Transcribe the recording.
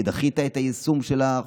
כי דחית את היישום של החוק,